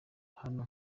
hano